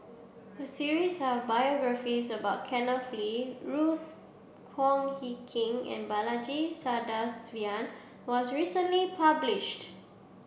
a series of biographies about Kee Ruth Wong Hie King and Balaji Sadasivan was recently published